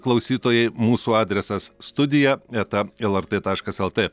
klausytojai mūsų adresas studija eta lrt taškas lt